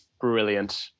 Brilliant